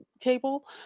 table